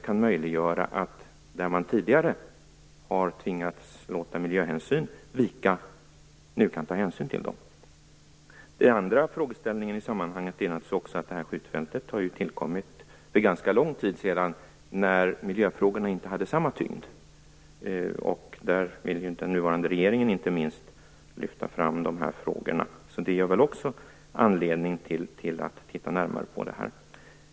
Kan man där man tidigare har tvingats låta miljöhänsyn vika nu återigen ta dessa i beaktande? En annan frågeställning i sammanhanget är att skjutfältet tillkommit för ganska lång tid sedan, när miljöfrågorna inte hade samma tyngd. Inte minst vill den nuvarande regeringen lyfta fram de här frågorna, och även det är väl en anledning att titta närmare på det här.